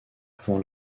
avant